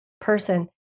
person